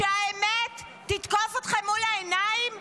שהאמת תתקוף אתכם מול העיניים?